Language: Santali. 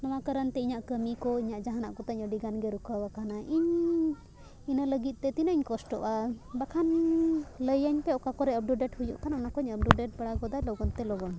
ᱱᱚᱣᱟ ᱠᱟᱨᱚᱱ ᱛᱮ ᱤᱧᱟᱹᱜ ᱠᱟᱹᱢᱤ ᱠᱚ ᱤᱧᱟᱹᱜ ᱡᱟᱦᱟᱱᱟᱜ ᱠᱚᱛᱤᱧ ᱟᱹᱰᱤ ᱜᱟᱱ ᱜᱮ ᱨᱩᱠᱷᱟᱹᱣ ᱟᱠᱟᱱᱟ ᱤᱧ ᱤᱱᱟᱹ ᱞᱟᱹᱜᱤᱫ ᱛᱮ ᱛᱤᱱᱟᱹᱜ ᱤᱧ ᱠᱚᱥᱴᱚᱜᱼᱟ ᱵᱟᱠᱷᱟᱱ ᱞᱟᱹᱭᱟᱹᱧ ᱯᱮ ᱚᱠᱟ ᱠᱚᱨᱮ ᱟᱯᱴᱩᱰᱮᱴ ᱦᱩᱭᱩᱜ ᱠᱟᱱᱟ ᱚᱱᱟ ᱠᱚᱧ ᱟᱯᱴᱩᱰᱮᱴ ᱵᱟᱲᱟ ᱜᱚᱫᱟ ᱞᱚᱜᱚᱱ ᱛᱮ ᱞᱚᱜᱚᱱ